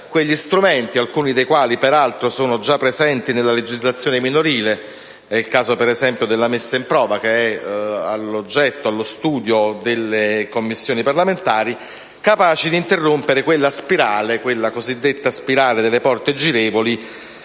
quegli strumenti, alcuni dei quali, peraltro, già presenti nella legislazione minorile (è il caso, per esempio, della messa in prova, che è allo studio delle Commissioni parlamentari), capaci di interrompere quella spirale cosiddetta delle porte girevoli,